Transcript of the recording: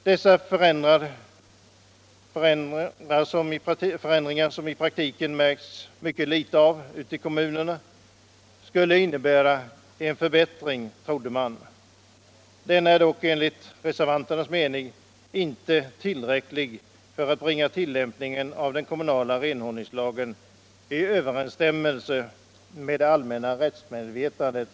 Dessa förändringar, som det i praktiken märkts ytterst Htet av ute i kommunerna, skulle innebära en förbättring, trodde man. Denna är dock, menar vi reservanter, inte tillräcklig för att bringa tillämpningen av den kommunala renhållningslagen i överensstämmelse med det allmänna rättsmedvetandet.